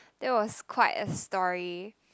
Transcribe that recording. that was quite a story